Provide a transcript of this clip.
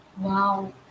Wow